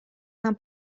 нам